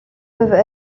peuvent